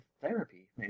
therapy